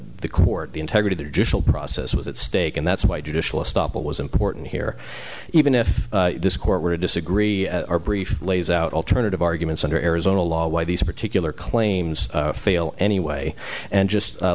the court the integrity the process was at stake and that's why judicial stoppel was important here even if this court were to disagree our brief lays out alternative arguments under arizona law why these particular claims fail anyway and just